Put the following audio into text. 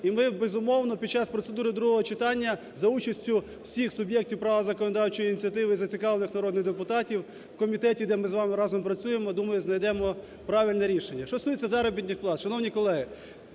І ми, безумовно, під час процедури другого читання за участі всіх суб'єктів права законодавчої ініціативи і зацікавлених народних депутатів у комітеті, де ми разом з вами працюємо, думаю, знайдемо правильне рішення. Що стосується заробітних плат.